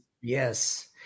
yes